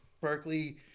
Berkeley